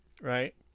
right